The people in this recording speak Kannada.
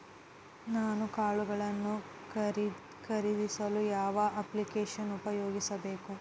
ನಾನು ಕಾಳುಗಳನ್ನು ಖರೇದಿಸಲು ಯಾವ ಅಪ್ಲಿಕೇಶನ್ ಉಪಯೋಗಿಸಬೇಕು?